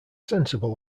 sensible